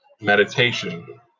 meditation